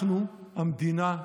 אנחנו המדינה,